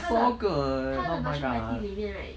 它的它的 mushroom patty 里面 right